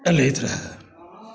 एलथि रहय